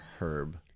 herb